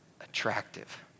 attractive